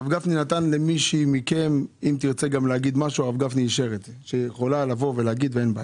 הרב גפני אישר למי מכם שרוצה לבוא ולומר משהו.